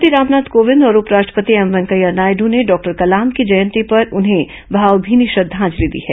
राष्ट्रपति रामनाथ कोविंद और उपराष्ट्रपति एम वैंकैया नायडू ने डॉक्टर कलाम की जयंती पर उन्हें भावभीनी श्रद्धांजलि दी है